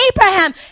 abraham